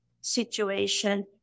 situation